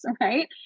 right